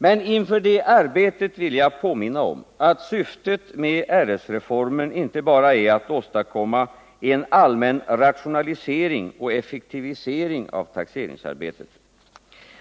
Men inför det arbetet vill jag påminna om att syftet med RS-reformen inte bara är att åstadkomma en allmän rationalisering och effektivisering av taxeringsarbetet.